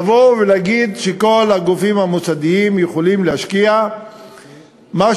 להגיד שכל הגופים המוסדיים יכולים להשקיע משהו